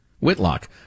Whitlock